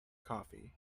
coffee